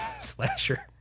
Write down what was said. slasher